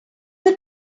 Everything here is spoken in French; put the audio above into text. elle